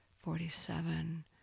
forty-seven